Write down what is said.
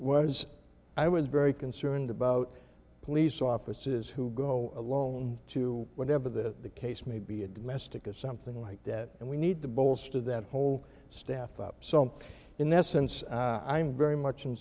was i was very concerned about police officers who go alone to whatever the case may be a domestic a something like that and we need to bolster that whole staff up so in essence i'm very much in